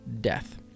Death